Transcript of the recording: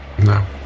No